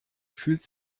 fühlt